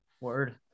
Word